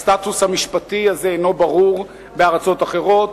הסטטוס המשפטי הזה איננו ברור בארצות אחרות.